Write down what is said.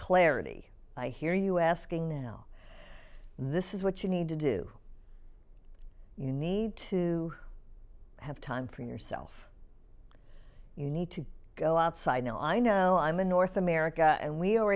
clarity i hear you asking now this is what you need to do you need to have time for yourself you need to go outside now i know i'm in north america and we